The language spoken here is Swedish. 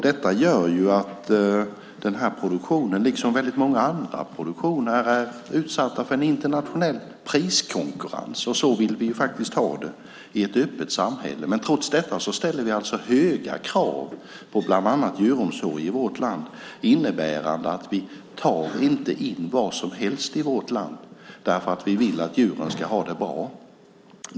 Detta gör ju att den här produktionen, liksom mycket annan produktion, är utsatt för en internationell priskonkurrens. Så vill vi ju faktiskt ha det i ett öppet samhälle, men trots detta ställer vi alltså höga krav på bland annat djuromsorg i vårt land. Det innebär att vi inte tar in vad som helst, för vi vill att djuren ska ha det bra.